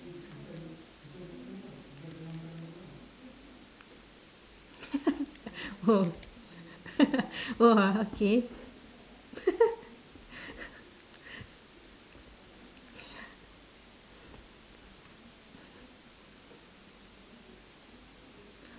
!whoa! !whoa! okay